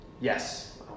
Yes